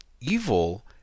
evil